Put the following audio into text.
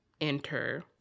Enter